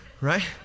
right